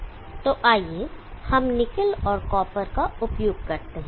तो आइए हम निकिल और कॉपर का उपयोग करते हैं